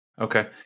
Okay